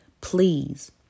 please